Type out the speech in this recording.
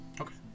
Okay